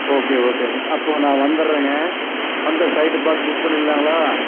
okay ஓகேங்க அப்போது நான் வந்துட்றேங்க வந்தால் சைட் பார்த்து புக் பண்ணிவிடலாங்களா